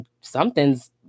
something's